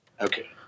Okay